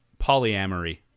polyamory